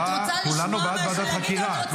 היא אמרה "כולנו בעד ועדת חקירה".